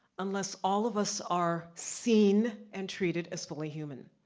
unless all of us are seen and treated as fully human.